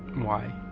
why?